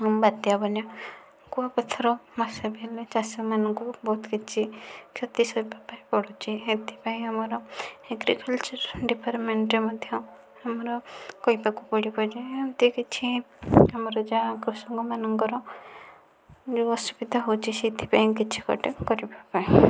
ବାତ୍ୟା ବନ୍ୟା କୁଆପଥର ବର୍ଷା ବି ହେଲେ ଚାଷ ମାନଙ୍କୁ ବହୁତ କିଛି କ୍ଷତି ସହିବା ପାଇଁ ପଡ଼ୁଛି ସେଥିପାଇଁ ଆମର ଏଗ୍ରିକଲଚରାଲ ଡିପାର୍ଟମେଣ୍ଟରେ ମଧ୍ୟ ଆମର କହିବାକୁ ପଡ଼ିବ ଏମିତି କିଛି ଆମର ଯାହା କୃଷକ ମାନଙ୍କର ଯେଉଁ ଅସୁବିଧା ହେଉଛି ସେଇଥିପାଇଁ କିଛି ଗୋଟିଏ କରିବା ପାଇଁ